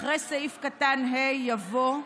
אחרי סעיף קטן (ה) יבוא: